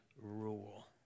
rule